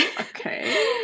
Okay